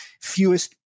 fewest